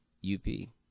U-P